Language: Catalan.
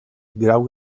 grau